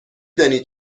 دانی